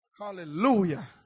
hallelujah